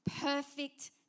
perfect